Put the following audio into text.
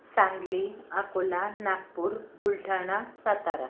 Sangli Akola Nagpur Buldhana Satara